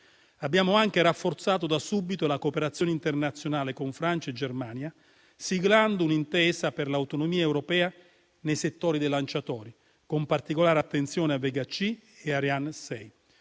Abbiamo anche rafforzato da subito la cooperazione internazionale con Francia e Germania, siglando un'intesa per l'autonomia europea nel settore dei lanciatori, con particolare attenzione a Vega C e Ariane 6.